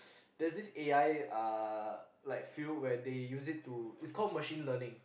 there's this A_I uh like film where they use it to it's called machine learning